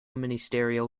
ministerial